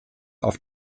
auf